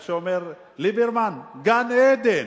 כמו שאומר ליברמן: גן-עדן.